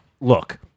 look